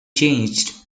changed